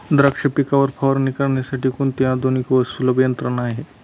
द्राक्ष पिकावर फवारणी करण्यासाठी कोणती आधुनिक व सुलभ यंत्रणा आहे?